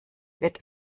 wird